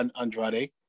Andrade